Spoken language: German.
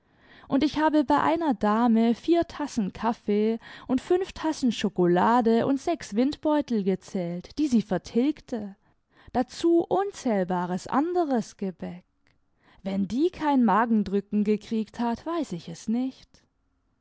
und ich habe bei einer dame vier tassen kaffee und fünf tassen schokolade und sechs windbeutel gezählt die sie vertilgte dazu unzählbares anderes gebäck wenn die kein magendrücken gekriegt hat weiß ich es nicht